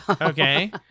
okay